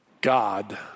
God